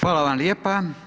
vam lijepa.